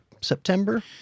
September